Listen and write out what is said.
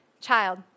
child